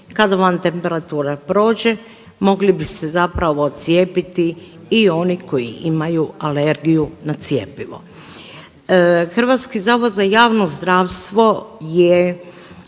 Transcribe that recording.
kada vam temperatura prođe mogli bi se zapravo cijepiti i oni koji imaju alergiju na cjepivo. HZJZ je prenio na